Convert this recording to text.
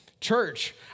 Church